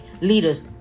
Leaders